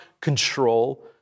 control